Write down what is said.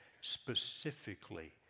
specifically